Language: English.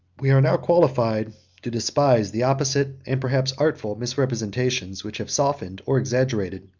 we are now qualified to despise the opposite, and, perhaps, artful, misrepresentations, which have softened, or exaggerated,